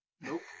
Nope